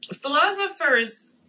Philosophers